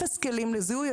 אפס כלים לזיהוי.